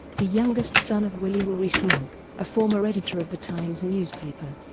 the youngest son of william rees-mogg, a former editor of the times newspaper,